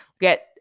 get